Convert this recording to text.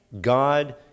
God